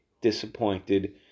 disappointed